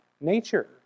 nature